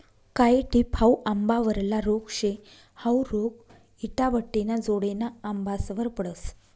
कायी टिप हाउ आंबावरला रोग शे, हाउ रोग इटाभट्टिना जोडेना आंबासवर पडस